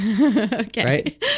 Okay